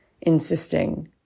insisting